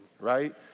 right